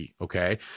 okay